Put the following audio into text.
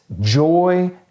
joy